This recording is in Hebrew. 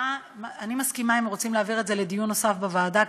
אני מסכימה אם רוצים להעביר את זה לדיון נוסף בוועדה,